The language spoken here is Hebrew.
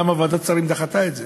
למה ועדת שרים דחתה את זה,